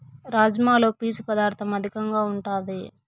రాజ్మాలో పీచు పదార్ధం అధికంగా ఉంటాది